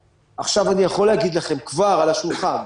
עכשיו, אני יכול להגיד לכם, כבר על השולחן,